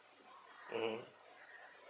mmhmm